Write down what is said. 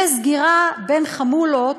וסגירה בין חמולות,